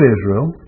Israel